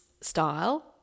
style